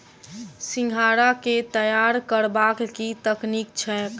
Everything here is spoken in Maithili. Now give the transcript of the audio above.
सिंघाड़ा केँ तैयार करबाक की तकनीक छैक?